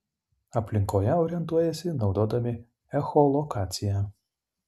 aplinkoje orientuojasi naudodami echolokaciją